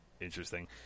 interesting